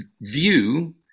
view